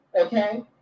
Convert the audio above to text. okay